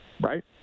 right